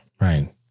Right